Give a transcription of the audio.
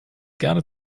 gerne